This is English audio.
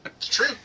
True